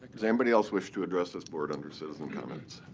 does anybody else wish to address this board under citizen comments?